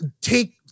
take